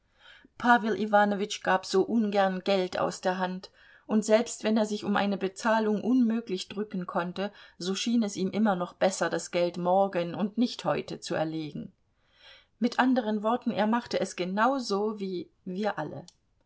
iwanowitsch gab so ungern geld aus der hand und selbst wenn er sich um eine bezahlung unmöglich drücken konnte so schien es ihm immer noch besser das geld morgen und nicht heute zu erlegen mit anderen worten er machte es genau so wie wir alle